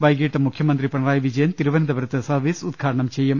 വൈകീട്ട് മുഖ്യമന്ത്രി പിണറായി വിജയൻ തിരുവനന്തപുരത്ത് സർവീസ് ഉദ്ഘാടനം ചെയ്യും